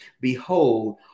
Behold